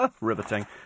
riveting